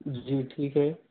جی ٹھیک ہے